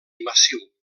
massiu